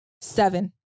Seven